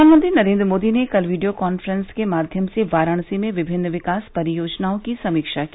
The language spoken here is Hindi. प्रधानमंत्री नरेन्द्र मोदी ने कल वीडियो कांफ्रॅस के माध्यम से वाराणसी में विभिन्न विकास परियोजनाओं की समीक्षा की